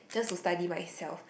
just to study myself